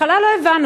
בהתחלה לא הבנו.